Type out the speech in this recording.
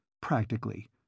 practically